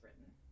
written